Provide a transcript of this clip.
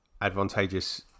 advantageous